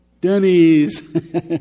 Denny's